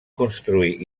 construir